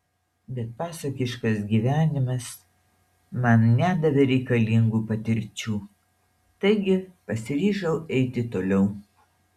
bet pasakiškas gyvenimas man nedavė reikalingų patirčių taigi pasiryžau eiti toliau